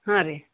ಹಾಂ ರೀ